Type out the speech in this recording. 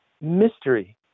mystery